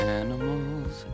animals